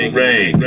rain